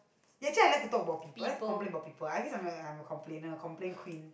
actually I like to talk about people I like to complain about people I guess I am a complainer complain queen